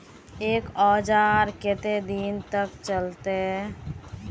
एक औजार केते दिन तक चलते?